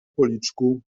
policzku